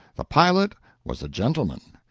the pilot was a gentleman.